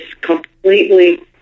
completely